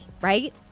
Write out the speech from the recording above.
right